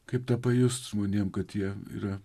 kaip tą pajust žmonėm kad jie yra